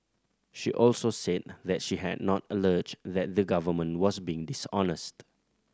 she also said that she had not alleged that the Government was being dishonest